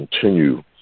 continue